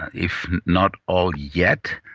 and if not all yet,